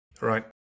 Right